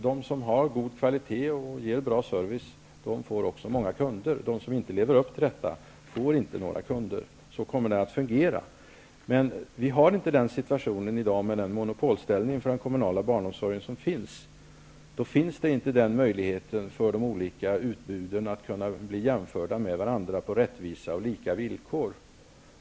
De som har god kvalitet och ger bra service får också många kunder. De som inte lever upp till detta får inte några kunder. Så kommer det att fungera. Men vi har inte den situationen i dag, med den monopolställning som finns för den kommunala barnomsorgen. De olika utbuden får inte möjlighet att bli jämförda med varandra på rättvisa och lika villkor.